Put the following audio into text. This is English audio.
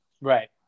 Right